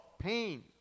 pain